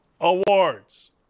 Awards